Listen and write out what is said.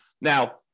Now